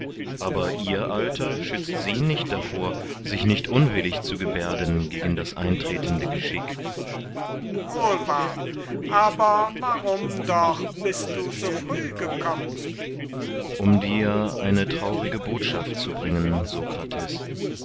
aber ihr alter schützt sie nicht davor sich nicht unwillig zu gebärden gegen das eintretende geschick sokrates wohl wahr aber warum doch bist du so früh gekommen kriton um dir eine traurige botschaft zu bringen sokrates